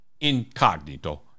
Incognito